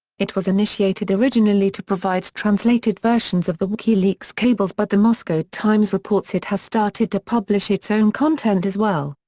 it was initiated originally to provide translated versions of the wikileaks cables but the moscow times reports it has started to publish its own content as well.